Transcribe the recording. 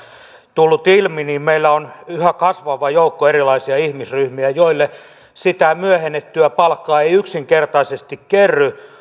tullut ilmi niin meillä on yhä kasvava joukko erilaisia ihmisryhmiä joille sitä myöhennettyä palkkaa ei yksinkertaisesti kerry